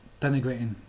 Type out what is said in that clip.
Denigrating